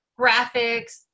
graphics